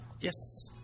Yes